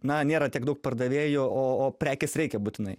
na nėra tiek daug pardavėjų o o prekės reikia būtinai